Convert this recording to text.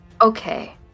Okay